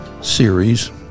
series